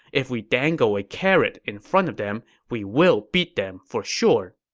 if we dangle a carrot in front of them, we will beat them for sure.